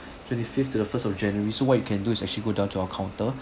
twenty-fifth to the first of january so what you can do is actually go down to our counter